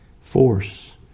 force